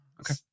Okay